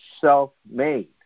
self-made